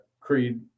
creed